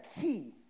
key